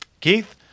Keith